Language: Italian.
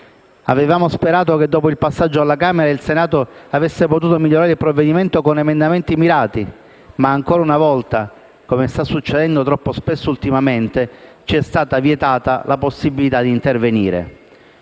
Avevamo sperato che, dopo il passaggio alla Camera, il Senato avrebbe potuto migliorare il provvedimento con emendamenti mirati, ma ancora una volta, come sta succedendo troppo spesso ultimamente, ci è stata vietata la possibilità di intervenire.